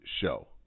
show